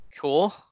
cool